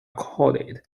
called